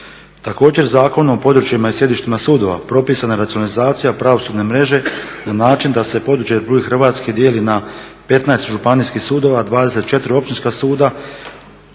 Također Zakonom o područjima sjedišta i sudova propisana je racionalizacija pravosudne mreže na način da se područje RH dijeli na 15 županijskih sudova, 24 općinska suda,